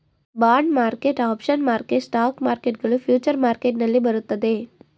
bond market, options market, stock market ಗಳು future market ನಲ್ಲಿ ಬರುತ್ತದೆ